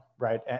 Right